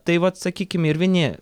tai vat sakykim ir vieni